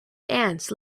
ants